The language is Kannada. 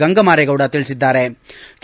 ಗಂಗಮಾರೇಗೌಡ ತಿಳಿಸಿದ್ಗಾರೆ